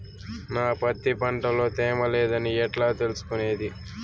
నా పత్తి పంట లో తేమ లేదని ఎట్లా తెలుసుకునేది?